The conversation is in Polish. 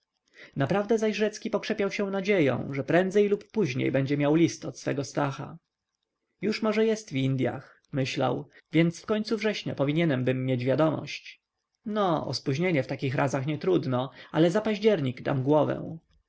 naprawdę zaś rzecki pokrzepiał się nadzieją że prędzej lub później będzie miał list od swego stacha już może jest w indyach myślał więc w końcu września powinienbym mieć wiadomość no o spóźnienie w takich razach nietrudno ale za październik dam głowę